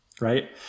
right